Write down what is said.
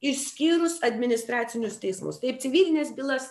išskyrus administracinius teismus taip civilines bylas